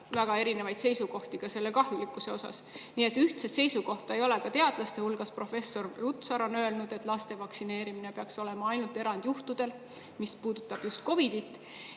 väga erinevaid seisukohti ka vaktsineerimise kahjulikkuse osas. Ühtset seisukohta ei ole ka teadlaste hulgas. Professor Lutsar on öelnud, et laste vaktsineerimine peaks olema ainult erandjuhtudel. See puudutab just COVID‑it.